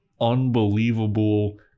unbelievable